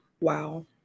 Wow